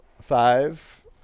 Five